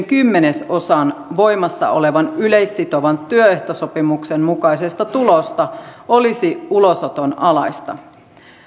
kymmenesosa voimassa olevan yleissitovan työehtosopimuksen mukaisesta tulosta olisi ulosoton alaista